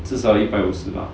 至少一百五十 bah